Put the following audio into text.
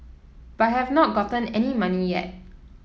but I have not gotten any money yet